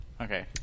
Okay